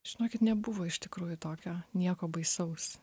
žinokit nebuvo iš tikrųjų tokio nieko baisaus